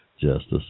justice